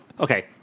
Okay